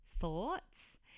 thoughts